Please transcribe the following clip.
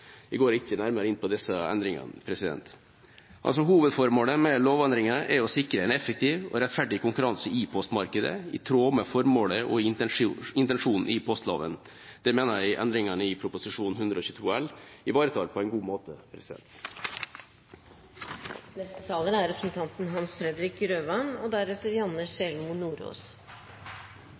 Jeg går ikke nærmere inn på disse endringene. Hovedformålet med lovendringen er å sikre en effektiv og rettferdig konkurranse i postmarkedet i tråd med formålet og intensjonen i postloven. Det mener jeg endringene i Prop. 122 L for 2016–2017 ivaretar på en god måte.